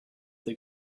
they